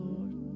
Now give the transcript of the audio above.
Lord